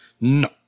No